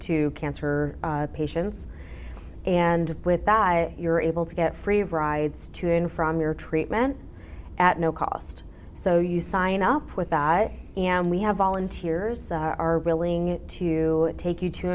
to cancer patients and with that you're able to get free rides to and from your treatment at no cost so you sign up with that and we have volunteers are willing to take you to